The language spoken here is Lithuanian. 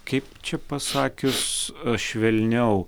kaip čia pasakius švelniau